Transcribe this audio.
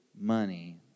money